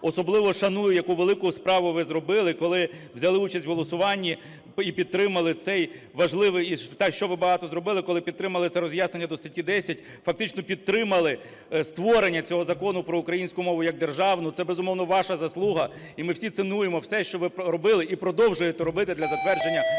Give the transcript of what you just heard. особливо шаную, яку велику справу ви зробили, коли взяли участь в голосуванні і підтримали цей важливий… і те, що ви багато зробили, коли підтримали це роз'яснення до статті 10, фактично підтримали створення цього Закону про українську мову як державну. Це, безумовно, ваша заслуга. І ми всі цінуємо все, що ви робили і продовжуєте робити для затвердження